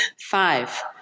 five